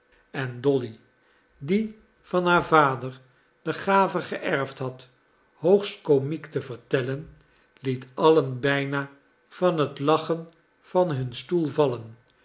en dolly die van haar vader de gave geërfd had hoogst komiek te vertellen liet allen bijna van het lachen van hun stoel vallen